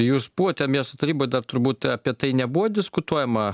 jūs buvote miesto taryboj dar turbūt apie tai nebuvo diskutuojama